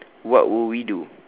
what will we do